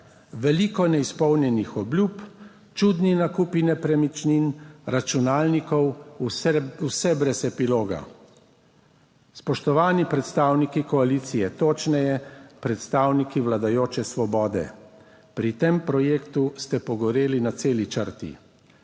veliko neizpolnjenih obljub, čudni nakupi nepremičnin, računalnikov, vse brez epiloga. Spoštovani predstavniki koalicije, točneje predstavniki vladajoče Svobode, pri tem projektu ste pogoreli na celi črti,